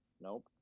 Nope